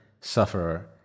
sufferer